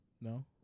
No